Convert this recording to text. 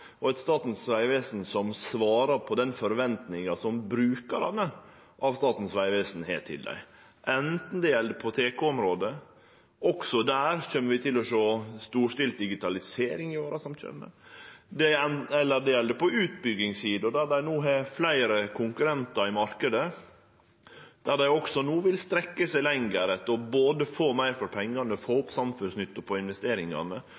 og eit Statens vegvesen som svarar på den forventinga som brukarane av Statens vegvesen har til dei, anten det gjeld på TK-området – også der kjem vi til å sjå storstilt digitalisering i åra som kjem – eller det gjeld på utbyggingssida, der dei no har fleire konkurrentar i marknaden og vil strekkje seg lenger etter både å få meir for pengane og å få opp samfunnsnytta på investeringane.